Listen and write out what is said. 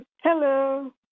Hello